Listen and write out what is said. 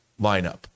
lineup